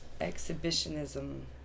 Exhibitionism